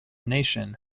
nation